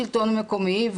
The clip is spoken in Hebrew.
מקומי.